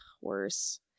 worse